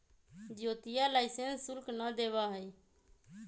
ज्योतिया लाइसेंस शुल्क ना देवा हई